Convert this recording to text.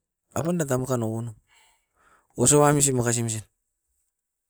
Apan tamaran ou-on, osia amisin.